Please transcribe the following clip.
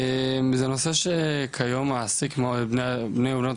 זה נושא שכיום מעסיק מאוד את בני ובנות